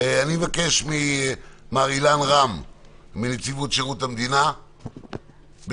מבקש ממר אילן רם מנציבות שירות המדינה להתייחס